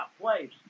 place